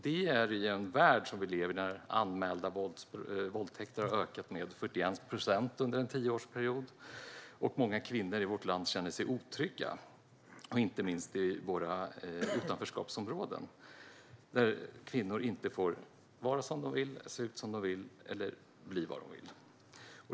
Detta sker i en värld där anmälda våldtäkter har ökat med 41 procent under en tioårsperiod, och många kvinnor i vårt land känner sig otrygga, inte minst i våra utanförskapsområden, där kvinnor inte får vara som de vill, se ut som de vill eller bli vad de vill.